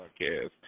Podcast